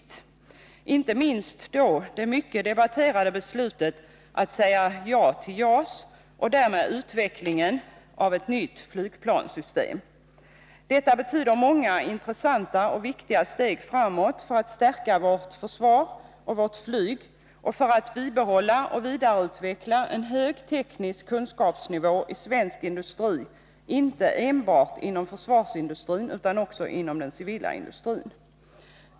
Det gäller inte minst det mycket debatterade beslutet att säga ja till JAS och därmed utvecklingen av ett nytt flygplanssystem. Detta betyder många intressanta och viktiga steg framåt för att stärka vårt försvar och vårt flyg och för att bibehålla och vidareutveckla en hög teknisk kunskapsnivå i svensk industri, inte enbart inom försvarsindustrin, utan också inom den civila industrin.